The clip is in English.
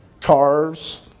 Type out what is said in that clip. Cars